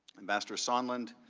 ambassador sondland,